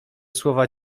słowa